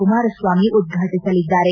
ಕುಮಾರಸ್ವಾಮಿ ಉದ್ಘಾಟಸಲಿದ್ದಾರೆ